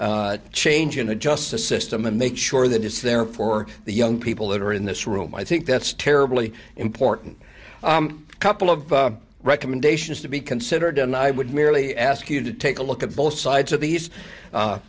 can change in the justice system and make sure that it's there for the young people that are in this room i think that's terribly important couple of recommendations to be considered and i would merely ask you to take a look at both sides of these